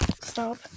Stop